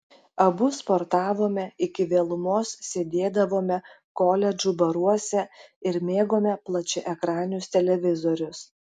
abu sportavome iki vėlumos sėdėdavome koledžų baruose ir mėgome plačiaekranius televizorius